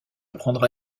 prendra